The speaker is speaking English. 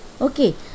Okay